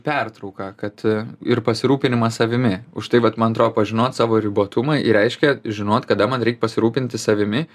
pertrauka kad ir pasirūpinimas savimi už tai vat man atro pažinot savo ribotumą ir reiškia žinot kada man reik pasirūpinti savimi